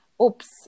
oops